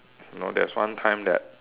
you know there's one time that